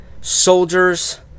soldiers